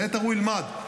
את היתר הוא ילמד.